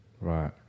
Right